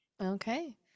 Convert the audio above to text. Okay